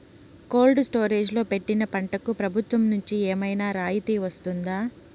Cold storage లో పెట్టిన పంటకు ప్రభుత్వం నుంచి ఏమన్నా రాయితీ వస్తుందా?